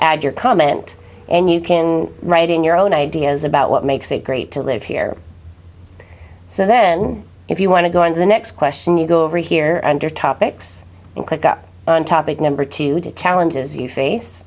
add your comment and you can write in your own ideas about what makes it great to live here so then if you want to go into the next question you go over here under topics and click up on topic number two challenges you face